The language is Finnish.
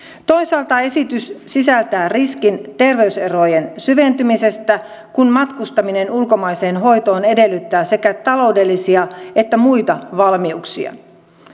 toisaalta esitys sisältää riskin terveyserojen syventymisestä kun matkustaminen ulkomaiseen hoitoon edellyttää sekä taloudellisia että muita valmiuksia